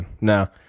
Now